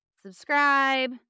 subscribe